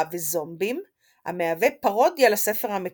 וזומבים המהווה פארודיה לספר המקורי.